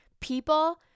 people